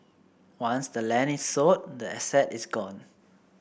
once the land is sold the asset is gone